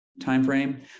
timeframe